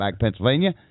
Pennsylvania